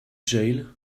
jail